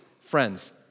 friends